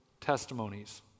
testimonies